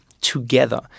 together